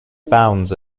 abounds